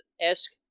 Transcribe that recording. esque